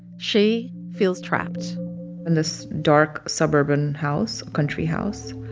she feels trapped in this dark, suburban house country house.